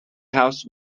house